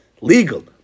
legal